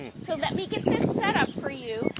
and so let me get this set up for you.